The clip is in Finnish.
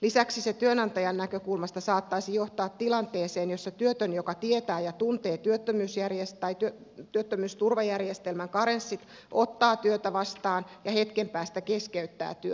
lisäksi se työnantajan näkökulmasta saattaisi johtaa tilanteeseen jossa työtön joka tietää ja tuntee työttömyysturvajärjestelmän karenssit ottaa työtä vastaan ja hetken päästä keskeyttää työn